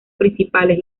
principales